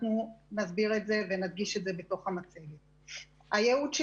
הייעוד של